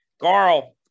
Carl